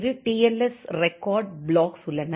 S record blocks உள்ளன